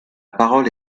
parole